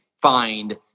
find